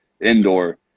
indoor